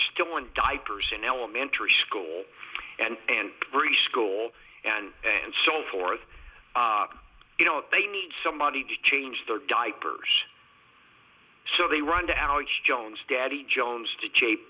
still in diapers in elementary school and very school and and so forth you know they need somebody to change their diapers so they run to alex jones daddy jones to jape